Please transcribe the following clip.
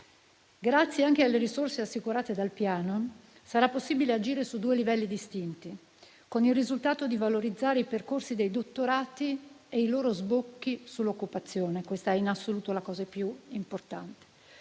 Grazie anche alle risorse assicurate dal Piano sarà possibile agire su due livelli distinti, con il risultato di valorizzare i percorsi dei dottorati e i loro sbocchi occupazionali: questa è in assoluto la cosa più importante.